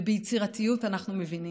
וביצירתיות אנחנו מבינים.